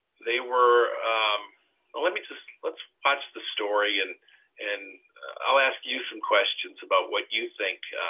they were let me just. let's watch the story and and i'll ask you some questions about what you think,